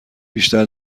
بیشتر